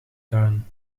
tuin